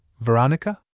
Veronica